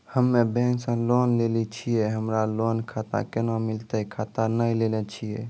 हम्मे बैंक से लोन लेली छियै हमरा लोन खाता कैना मिलतै खाता नैय लैलै छियै?